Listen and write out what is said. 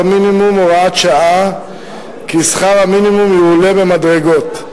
מינימום הוראת שעה כי שכר המינימום יועלה במדרגות.